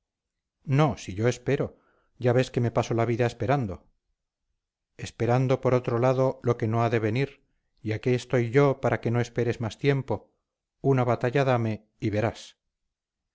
no si yo espero ya ves que me paso la vida esperando esperando por otro lado lo que no ha de venir y aquí estoy yo para que no esperes más tiempo una batalla dame y verás